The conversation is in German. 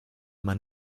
man